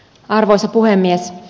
arvoisa puhemies